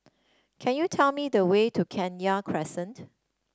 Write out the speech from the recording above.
can you tell me the way to Kenya Crescent